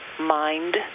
Mind